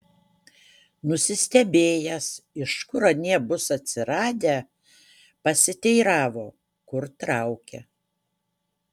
nusistebėjęs iš kur anie bus atsiradę pasiteiravo kur traukia